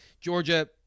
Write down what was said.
Georgia